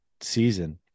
season